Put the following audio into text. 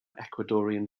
ecuadorian